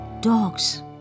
dogs